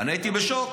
אני הייתי בשוק.